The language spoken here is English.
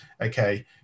okay